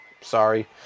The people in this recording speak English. sorry